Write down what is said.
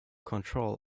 control